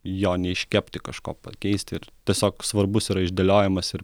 jo neiškepti kažkuo pakeisti ir tiesiog svarbus yra išdėliojamas ir